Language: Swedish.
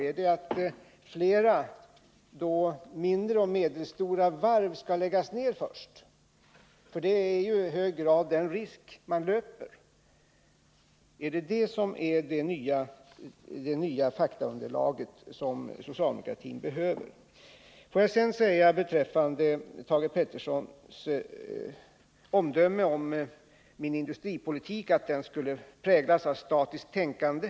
Är det att flera mindre och medelstora varv skall läggas ned? Det är ju i hög grad den risk man löper. Är det det nya faktaunderlag som socialdemokratin behöver? Thage Peterson gav det omdömet om min industripolitik att den skulle präglas av statiskt tänkande.